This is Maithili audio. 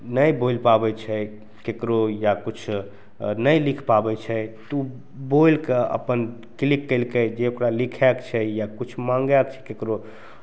नहि बोलि पाबै छै ककरो या किछु नहि लिखि पाबै छै तऽ ओ बोलिके अपन क्लिक केलकै जे ओकरा लिखैके छै या किछु माँगैके छै ककरो